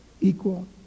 equal